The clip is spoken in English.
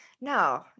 No